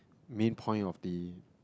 main point of the